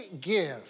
give